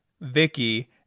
Vicky